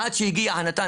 עד שהגיע נט"ן,